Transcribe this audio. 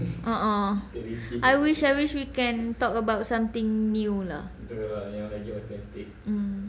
ah ah I wish I wish we can talk about something new lah mm